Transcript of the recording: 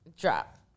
Drop